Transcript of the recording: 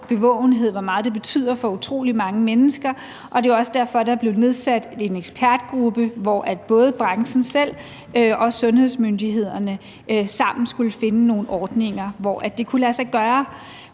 der er, og hvor meget det betyder for utrolig mange mennesker, og det er jo også derfor, der blev nedsat en ekspertgruppe, hvor både branchen selv og sundhedsmyndighederne sammen skulle finde nogle ordninger, hvor det kunne lade sig gøre.